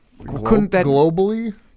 Globally